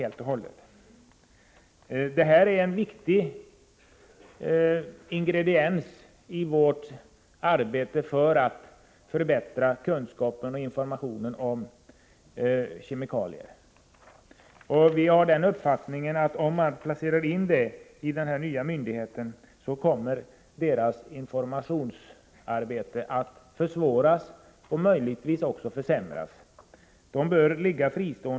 Den utgör en viktig ingrediens i arbetet på att förbättra kunskapen och informationen om kemikalier. Vi har uppfattningen att om man placerar in den i den nya myndigheten kommer informationsarbetet att försvåras och möjligtvis också att försämras. Vi anser att den toxikologiska informationen bör vara fristående.